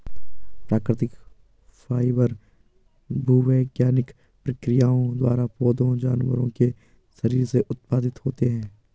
प्राकृतिक फाइबर भूवैज्ञानिक प्रक्रियाओं द्वारा पौधों जानवरों के शरीर से उत्पादित होते हैं